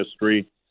history